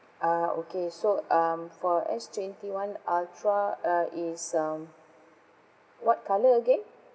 ah okay so um for S twenty one ultra uh is um what colour again